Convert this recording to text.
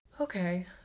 Okay